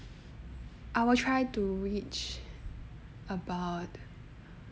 I will try to reach about